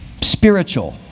spiritual